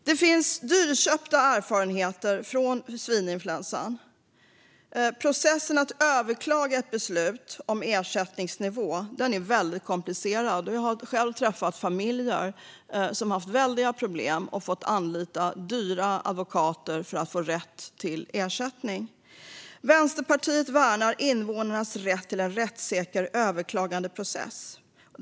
Det finns dyrköpta erfarenheter från svininfluensan. Processen att överklaga ett beslut om ersättningsnivå är väldigt komplicerad. Jag har själv träffat familjer som har haft väldiga problem och som har fått anlita dyra advokater för att få rätt till ersättning. Vänsterpartiet värnar invånarnas rätt till en rättssäker överklagandeprocess.